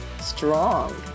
strong